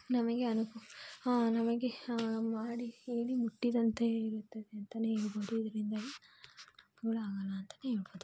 ನಮಗೆ ಅನುಕ್ ನಮಗೆ ಮಾಡಿ ಹೇಳಿ ಮುಟ್ಟಿದಂತೆ ಇರುತ್ತದೆ ಅಂತಲೇ ಹೇಳ್ಬೋದು ಇದರಿಂದಾಗಿ ಆಗಲ್ಲ ಅಂತಲೇ ಹೇಳ್ಬೋದು